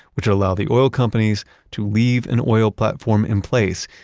which allow the oil companies to leave an oil platform in place,